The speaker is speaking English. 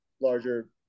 larger